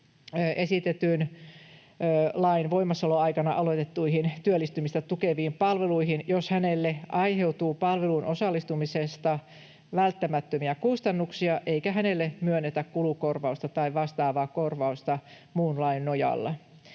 esitetyn lain voimassaoloaikana aloitettuihin työllistymistä tukeviin palveluihin, jos hänelle aiheutuu palveluun osallistumisesta välttämättömiä kustannuksia eikä hänelle myönnetä kulukorvausta tai vastaavaa korvausta muun lain nojalla.